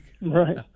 Right